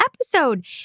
episode